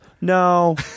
No